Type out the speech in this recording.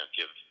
give